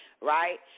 right